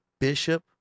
Bishop